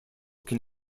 can